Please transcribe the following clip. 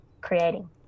creating